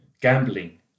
gambling